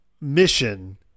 mission